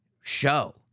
show